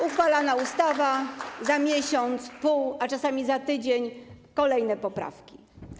Uchwalamy ustawę, a za miesiąc, pół, czasami za tydzień mamy kolejne poprawki.